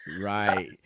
right